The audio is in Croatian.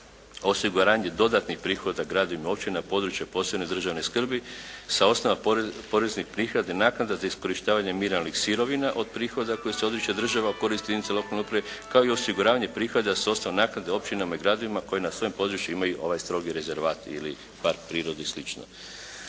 osiguranje dodatnih prihoda gradovima i općinama na području od posebne državne skrbi sa osnova poreznih prihoda i naknada te iskorištavanje mineralnih sirovina od prihoda kojih se odriče država u korist jedinica lokalne uprave kao i osiguravanje prihoda s osnova naknade općinama i gradovima koji na svojem području imaju ovaj strogi rezervat ili park prirode i